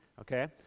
Okay